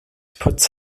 puts